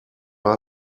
war